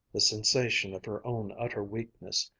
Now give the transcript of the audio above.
the sensation of her own utter weakness,